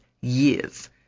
years